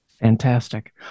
Fantastic